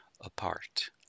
apart